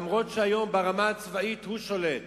אף שהיום ברמה הצבאית הוא שולט.